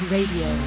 Radio